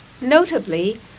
Notably